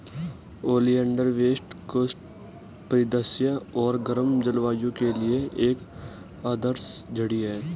oleander west coast परिदृश्य और गर्म जलवायु के लिए एक आदर्श झाड़ी है